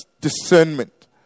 discernment